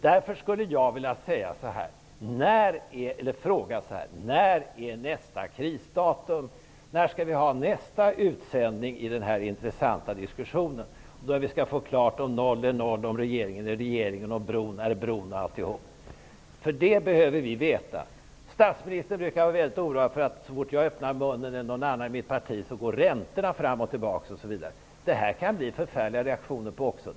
Därför skulle jag vilja fråga: Vilket är nästa krisdatum? När skall vi ha nästa utsändning i den här intressanta diskussionen, där vi får klart för oss om noll är noll, om regeringen är regeringen, om bron är bron osv.? Det behöver vi veta. Statsministern brukar så fort jag eller någon annan i mitt parti öppnar munnen vara väldigt orolig för att räntorna skall börja gå fram och tillbaka osv. Men också på detta kan det bli förfärliga reaktioner.